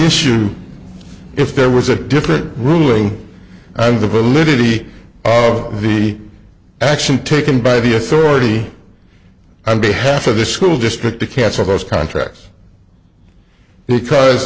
issue if there was a different ruling and the ability of the action taken by the authority and behalf of the school district to cancel those contracts because